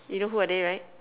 you know who are they right